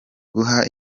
guha